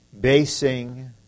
basing